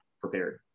prepared